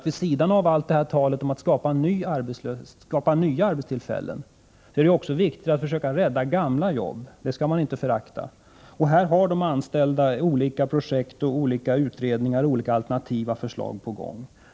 Vid sidan av allt tal om att skapa nya arbetstillfällen är det också viktigt att försöka rädda gamla jobb; det skall man inte förakta. Här har de anställda olika projekt, utredningar och alternativa förslag på gång.